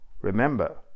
remember